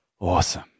awesome